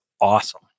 awesome